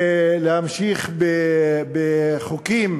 ולהמשיך בחוקים